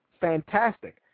fantastic